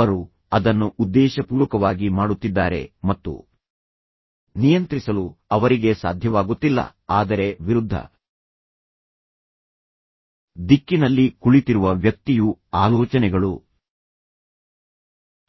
ಅವರು ಅದನ್ನು ಉದ್ದೇಶಪೂರ್ವಕವಾಗಿ ಮಾಡುತ್ತಿದ್ದಾರೆ ಮತ್ತು ನಿಯಂತ್ರಿಸಲು ಅವರಿಗೆ ಸಾಧ್ಯವಾಗುತ್ತಿಲ್ಲ ಆದರೆ ವಿರುದ್ಧ ದಿಕ್ಕಿನಲ್ಲಿ ಕುಳಿತಿರುವ ವ್ಯಕ್ತಿಯು ಆಲೋಚನೆಗಳು